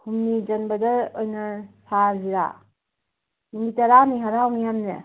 ꯍꯨꯝꯅꯤ ꯆꯟꯕꯗ ꯑꯣꯏꯅ ꯁꯥꯔꯁꯤꯔꯥ ꯅꯨꯃꯤꯠ ꯇꯔꯥꯅꯤ ꯍꯔꯥꯎꯅꯤ ꯍꯥꯏꯕꯅꯦ